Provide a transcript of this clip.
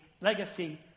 legacy